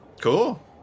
Cool